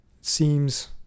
seems